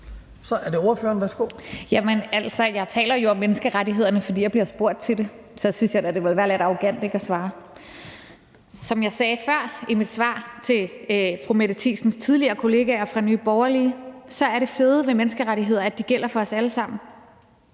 jeg taler jo om menneskerettighederne, fordi jeg bliver spurgt til det. Så synes jeg da, det ville være lidt arrogant ikke at svare. Som jeg sagde før i mit svar til fru Mette Thiesens tidligere kolleger fra Nye Borgerlige, er det fede ved menneskerettigheder, at de gælder for os alle sammen,